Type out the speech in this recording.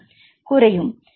மாணவர் குறைவாக